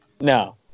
No